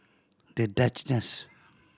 The Duchess